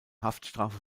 haftstrafe